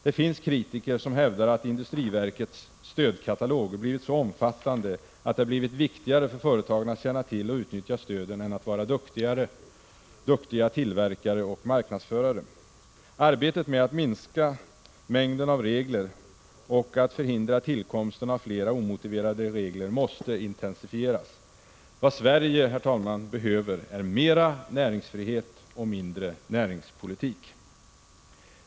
Det finns kritiker som hävdar att industriverkets ”stödkatalog” blivit så omfattande att det blivit viktigare för företagen att känna till och utnyttja stöden än att vara duktiga tillverkare och marknadsförare. Arbetet med att minska mängden av regler och att förhindra tillkomsten av flera omotiverade regler måste intensifieras. Vad Sverige, herr talman, behöver är mera näringsfrihet och mindre näringspolitik!